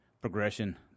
progression